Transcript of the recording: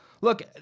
Look